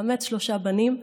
לאמץ שלושה בנים,